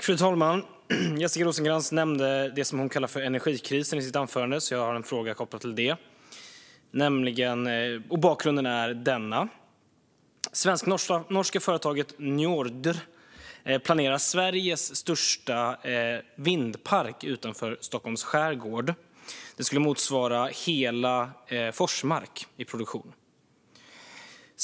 Fru talman! Jessica Rosencrantz nämnde det som hon kallar energikrisen i sitt anförande. Jag har en fråga kopplad till det. Bakgrunden är denna: Det svensk-norska företaget Njordr planerar Sveriges största vindkraftspark utanför Stockholms skärgård. Den skulle motsvara hela Forsmark i produktion.